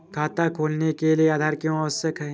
खाता खोलने के लिए आधार क्यो आवश्यक है?